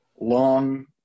long